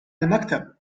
المكتب